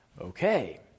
Okay